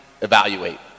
evaluate